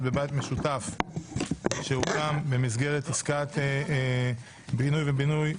בבית משותף שהוקם במסגרת עסקת פינוי ובינוי,